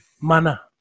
Mana